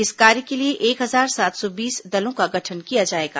इस कार्य के लिए एक हजार सात सौ बीस दलों का गठन किया जाएगा